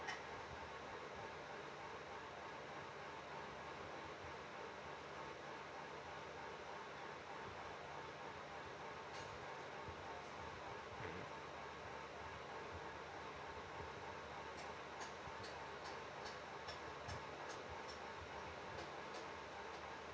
mmhmm